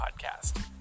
podcast